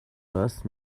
راست